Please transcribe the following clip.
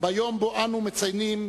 ביום שבו אנו מציינים